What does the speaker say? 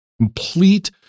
complete